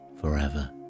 forever